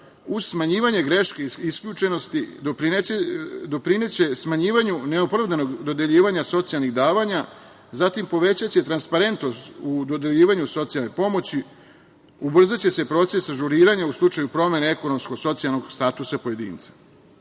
uz smanjivanje greški isključenosti doprineće smanjivanju neopravdanog dodeljivanja socijalnih davanja, zatim, povećaće transparentnost u dodeljivanju socijalne pomoći, ubrzaće se proces ažuriranja u slučaju promene ekonomsko-socijalnog statusa pojedinca. Ova